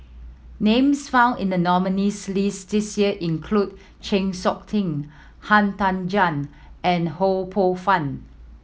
names found in the nominees' list this year include Chng Seok Tin Han Tan Juan and Ho Poh Fun